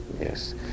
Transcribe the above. Yes